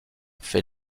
fait